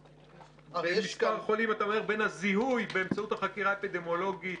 במספר חולים בין הזיהוי באמצעות החקירה האפידמיולוגית